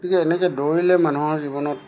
গতিকে এনেকৈ দৌৰিলে মানুহৰ জীৱনত